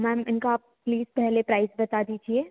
ma'am इनका आप please पहले प्राइस बता दीजिए